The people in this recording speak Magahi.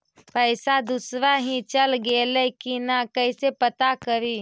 पैसा दुसरा ही चल गेलै की न कैसे पता करि?